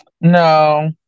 no